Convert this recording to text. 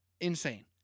Insane